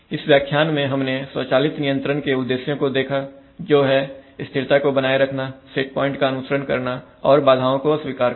इस व्याख्यान में हमने स्वचालित नियंत्रण के उद्देश्यों को देखाजो हैस्थिरता बनाए रखना सेट प्वाइंट का अनुसरण करना और बाधाओं को अस्वीकार करना